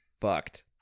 fucked